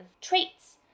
traits